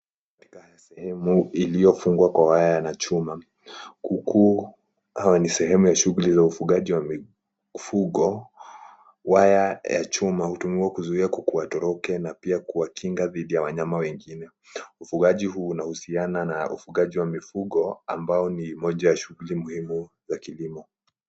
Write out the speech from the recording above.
Katika sehemu iliyofungwa kwa waya na chuma. Kuku ni sehemu ya shugli za ufugaji wa mifugo, waya ya chuma hutumiwa kuzuia kuku watoroke na pia kuwakinga dhidi ya wanyama wengine. Ufugaji huu unahusiana na ufugaji wa mifugo ambayo ni moja ya shuguli muhimu ya kilimo.